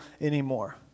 anymore